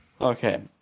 Okay